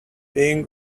being